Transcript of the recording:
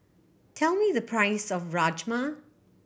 tell me the price of Rajma